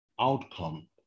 outcome